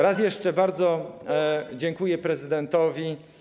Raz jeszcze bardzo dziękuję prezydentowi.